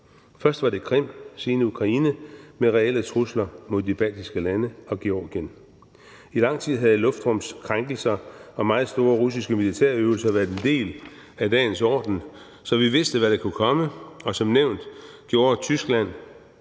Først var det Krim, senere Ukraine og med reelle trusler mod de baltiske lande og Georgien. I lang tid havde luftrumskrænkelser og meget store russiske militærøvelser været en del af dagens orden, så vi vidste, hvad der kunne komme, og som nævnt gjorde Tyskland,